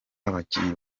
abakinnyi